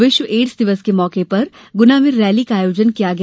विश्व एड्स दिवस के मौके पर गुना में विशाल रैली का आयोजन किया गया